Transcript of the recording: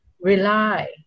rely